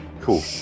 Cool